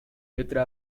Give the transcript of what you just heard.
letra